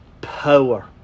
power